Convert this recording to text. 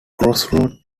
crossroads